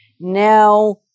Now